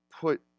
put